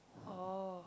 oh